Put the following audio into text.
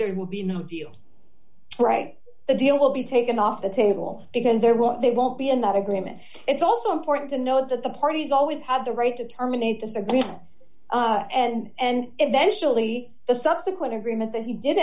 there will be no deal right the deal will be taken off the table because they're what they won't be in that agreement it's also important to note that the parties always have the right to terminate this agreement and eventually the subsequent agreement that he did